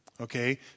Okay